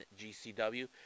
GCW